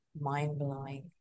mind-blowing